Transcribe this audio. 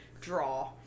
draw